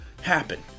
happen